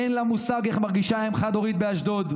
אין לה מושג איך מרגישה אם חד-הורית באשדוד.